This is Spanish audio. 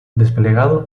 desplegado